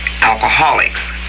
alcoholics